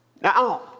Now